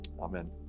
Amen